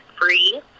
free